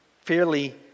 fairly